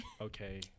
Okay